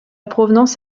provenance